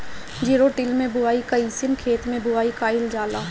Zero till से बुआई कयिसन खेते मै बुआई कयिल जाला?